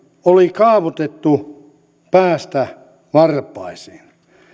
oli kaavutettu päästä varpaisiin